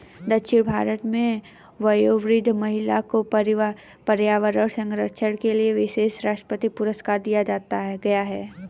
दक्षिण भारत में वयोवृद्ध महिला को पर्यावरण संरक्षण के लिए विशेष राष्ट्रपति पुरस्कार दिया गया है